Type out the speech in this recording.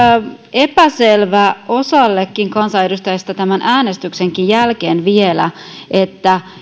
epäselvää osallekin kansanedustajista tämän äänestyksenkin jälkeen vielä että